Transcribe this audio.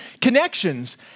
connections